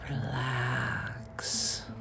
relax